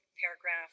paragraph